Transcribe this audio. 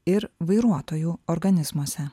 ir vairuotojų organizmuose